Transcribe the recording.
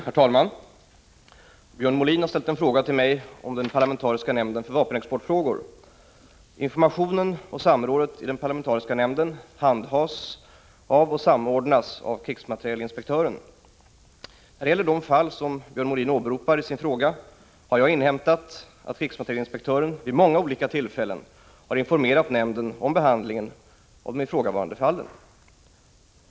Herr talman! Björn Molin har ställt en fråga till mig rörande den parlamentariska nämnden för vapenexportfrågor. Informationen och samrådet i den parlamentariska nämnden handhas och samordnas av krigsmaterielinspektören. När det gäller de fall som Björn Molin åberopar i sin fråga har jag inhämtat att krigsmaterielinspektören vid många olika tillfällen har informerat nämnden om behandlingen av de ifrågavarande fallen.